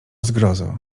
zgrozo